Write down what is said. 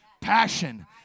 Passion